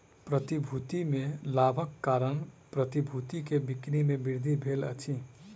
प्रतिभूति में लाभक कारण प्रतिभूति के बिक्री में वृद्धि भेल अछि